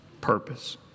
purpose